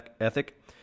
ethic